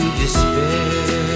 despair